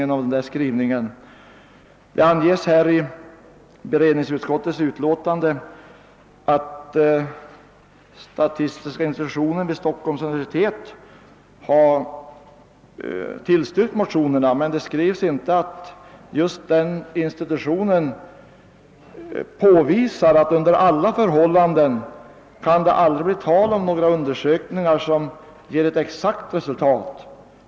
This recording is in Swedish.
Det antydes i statistiska centralbyråns utlåtande att statistiska institutionen vid Stockholms universitet har tillstyrkt motionerna. Statistiska centralbyrån underlåter emellertid därvid att nämna att ifrågavarande institution påvisar att det under inga förhållanden kan bli tal om att några sådana undersökningar kan ge ett exakt resultat.